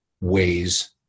ways